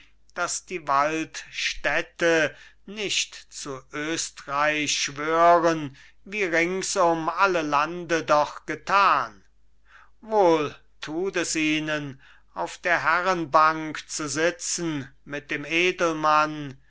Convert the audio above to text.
dass die waldstätte nicht zu östreich schwören wie ringsum alle lande doch getan wohl tut es ihnen auf der herrenbank zu sitzen mit dem edelmann